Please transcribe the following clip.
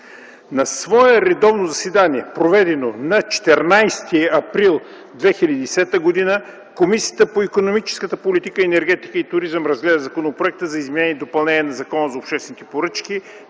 На свое редовно заседание, проведено на 14 април 2010 г., Комисията по икономическата политика, енергетика и туризъм разгледа Законопроекта за изменение и допълнение на Закона за обществените поръчки,